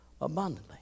abundantly